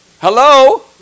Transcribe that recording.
Hello